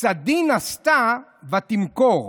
"סדין עשתה ותמכר"